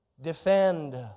defend